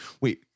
Wait